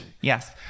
Yes